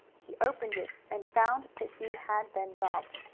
he opened it, and found that he had been robbed.